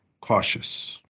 cautious